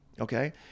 Okay